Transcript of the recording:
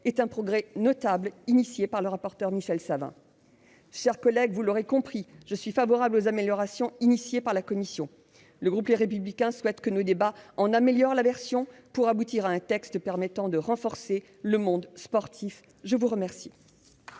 est un progrès notable, dû à l'initiative du rapporteur Michel Savin. Chers collègues, vous l'aurez compris, je suis favorable aux modifications introduites par la commission. Le groupe Les Républicains souhaite que nos débats améliorent cette version pour aboutir à un texte permettant de renforcer le monde sportif. La parole